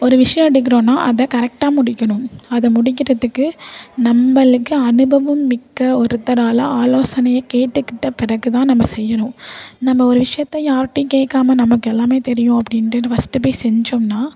ஒரு விஷயம் எடுக்கிறோனா அதை கரெக்டாக முடிக்கணும் அதை முடிக்கிறதுக்கு நம்மளுக்கு அனுபவம் மிக்க ஒருத்தரால் ஆலோசனையை கேட்டுக்கிட்ட பிறகுதான் நம்ம செய்கிறோம் நம்ம ஒரு விஷயத்த யார்டையும் கேட்காம நமக்கு எல்லாமே தெரியும் அப்படின்ட்டு நம்ம ஃபஸ்ட்டு போய் செஞ்சோம்னா